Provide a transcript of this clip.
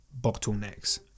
bottlenecks